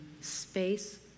space